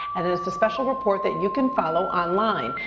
and it's a special report that you can follow online.